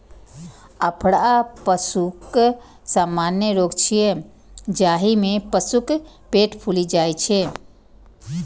अफरा पशुक सामान्य रोग छियै, जाहि मे पशुक पेट फूलि जाइ छै